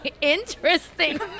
interesting